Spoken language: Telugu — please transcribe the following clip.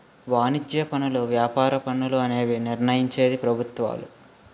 వాణిజ్య పనులు వ్యాపార పన్నులు అనేవి నిర్ణయించేది ప్రభుత్వాలు